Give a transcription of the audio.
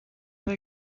they